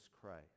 Christ